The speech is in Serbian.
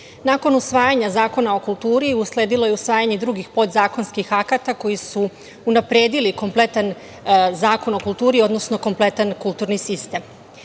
usvajanja Zakona o kulturi usledilo je usvajanje podzakonskih akata koji su unapredili kompletan Zakon o kulturi, odnosno kompletan kulturni sistem.